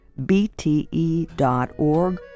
bte.org